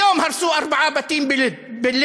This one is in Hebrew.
היום הרסו ארבעה בתים בלוד: